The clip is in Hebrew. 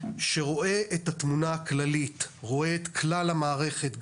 שרואה את התמונה הכללית: רואה את כלל המערכת,